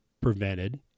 prevented